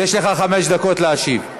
יש לך חמש דקות להשיב.